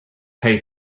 pay